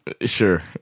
Sure